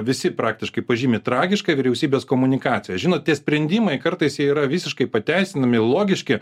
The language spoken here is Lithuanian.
visi praktiškai pažymi tragiška vyriausybės komunikacija žinot tie sprendimai kartais jie yra visiškai pateisinami logiški